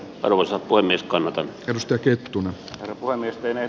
arvoisa puhemies kannata nostaa kyykkitunut voimistelee